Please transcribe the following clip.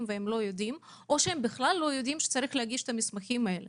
והם לא מגישים או שהם בכלל לא יודעים שצריך להגיש את המסמכים האלה?